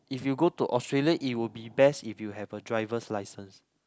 if you go to Australia it would be best if you have a driver's license